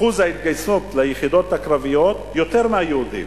אחוז ההתגייסות ליחידות הקרביות, יותר מהיהודים.